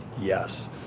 yes